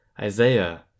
Isaiah